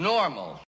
Normal